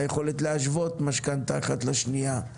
היכולת להשוות משכנתא אחת לשנייה,